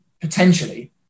potentially